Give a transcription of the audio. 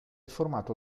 formato